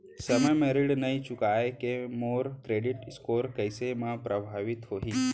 समय म ऋण नई चुकोय से मोर क्रेडिट स्कोर कइसे म प्रभावित होही?